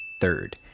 Third